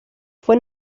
fue